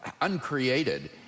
uncreated